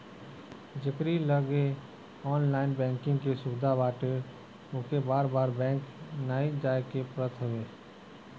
जेकरी लगे online banking के सुविधा बाटे ओके बार बार बैंक नाइ जाए के पड़त हवे